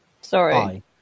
Sorry